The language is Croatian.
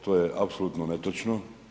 To je apsolutno netočno.